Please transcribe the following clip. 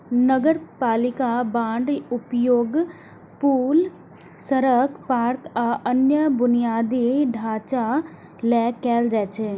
नगरपालिका बांडक उपयोग पुल, सड़क, पार्क, आ अन्य बुनियादी ढांचा लेल कैल जाइ छै